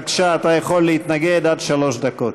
בבקשה, אתה יכול להתנגד עד שלוש דקות.